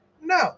No